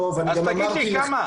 אני שואל אותו,